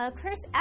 Chris